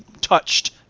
touched